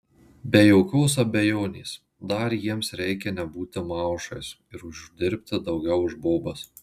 be jokios abejonės dar jiems reikia nebūti maušais ir uždirbti daugiau už bobas